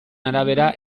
arabera